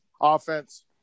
offense